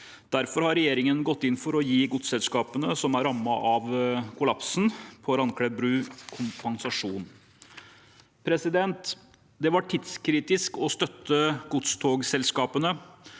Derfor har Regjeringen gått inn for å gi godstogselskapene som er rammet av brukollapsen på Randklev bru, kompensasjon. Det var tidskritisk å støtte godstogselskapene.